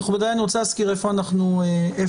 מכובדיי, אני רוצה להזכיר איפה אנחנו עומדים.